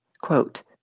Quote